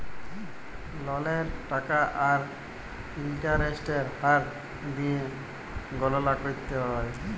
ললের টাকা আর ইলটারেস্টের হার দিঁয়ে গললা ক্যরতে হ্যয়